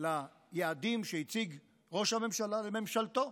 ליעדים שהציגו ראש הממשלה וממשלתו: